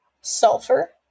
Sulfur